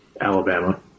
Alabama